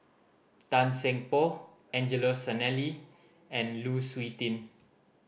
Tan Seng Poh Angelo Sanelli and Lu Suitin